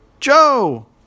Joe